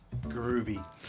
Groovy